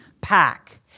pack